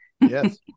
Yes